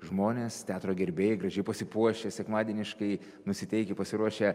žmonės teatro gerbėjai gražiai pasipuošę sekmadieniškai nusiteikę pasiruošę